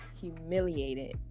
humiliated